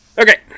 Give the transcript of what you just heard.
okay